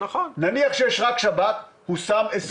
נניח שיש רק שב"כ והוא שם רק